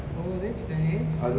oh that's nice